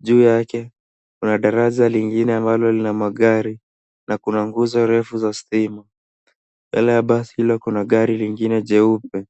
juu yake kuna daraja lingine ambalo lina magari na nguzo refu za stima. Ila ya basi kuna gari nyingine jeupe.